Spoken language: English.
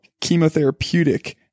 chemotherapeutic